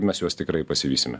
mes juos tikrai pasivysime